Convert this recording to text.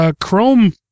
Chrome